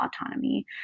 autonomy